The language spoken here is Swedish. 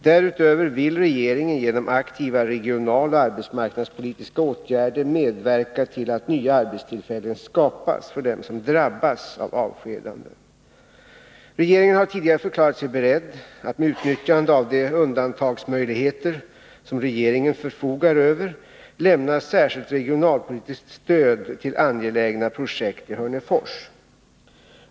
Därutöver vill regeringen genom aktiva regionaloch arbetsmarknadspolitiska åtgärder medverka till att nya arbetstillfällen skapas för dem som drabbas av avskedanden. Regeringen har tidigare förklarat sig beredd att med utnyttjande av de undantagsmöjligheter som regeringen förfogar över lämna särskilt regional politiskt stöd till angelägna projekt i Hörnefors.